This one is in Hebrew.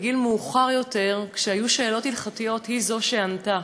בגיל מאוחר יותר, כשהיו שאלות הלכתיות, היא שענתה,